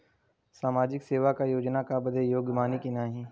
सामाजिक योजना क लाभ बदे योग्य बानी की नाही?